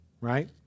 right